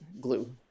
glue